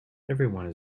everyone